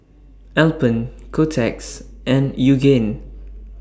Alpen Kotex and Yoogane